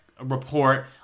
report